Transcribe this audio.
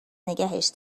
نگهش